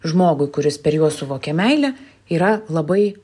žmogui kuris per juos suvokia meilę yra labai